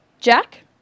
Jack